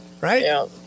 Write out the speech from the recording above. right